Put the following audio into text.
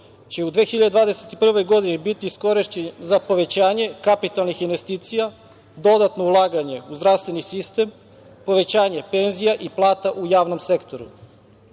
će u 2021. godini biti iskorišćen za povećanje kapitalnih investicija, dodatno ulaganje u zdravstveni sistem, povećanje penzija i plata u javnom sektoru. Sve